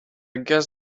guess